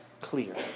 clear